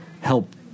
help